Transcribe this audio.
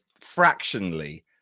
fractionally